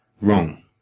Wrong